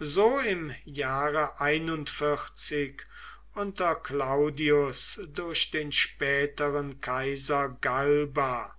so im jahre unter claudius durch den späteren kaiser galba